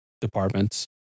departments